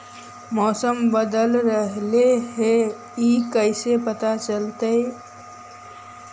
मौसम बदल रहले हे इ कैसे पता चलतै?